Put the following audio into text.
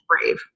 brave